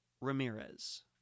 Ramirez